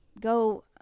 go